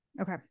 Okay